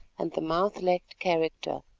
and the mouth lacked character.